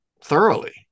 thoroughly